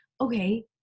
okay